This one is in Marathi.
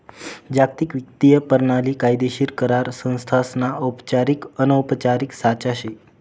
जागतिक वित्तीय परणाली कायदेशीर करार संस्थासना औपचारिक अनौपचारिक साचा शे